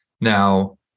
now